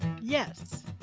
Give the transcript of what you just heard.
Yes